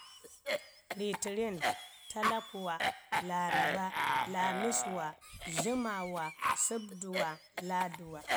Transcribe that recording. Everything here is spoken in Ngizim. Ritərin, tətakuwa, laarraba, laamisuwa, Dtəmaawa, səbduwa, laaduwa